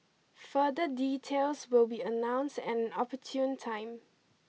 further details will be announced an opportune time